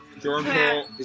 Jordan